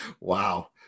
Wow